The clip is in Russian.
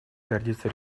гордиться